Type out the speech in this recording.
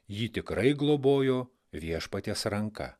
jį tikrai globojo viešpaties ranka